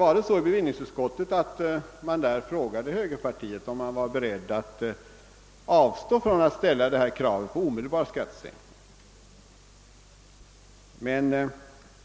I bevillingsutskottet frågade man högerpartiet om detta parti var berett att avstå från att ställa krav på omedelbar skattesänkning, men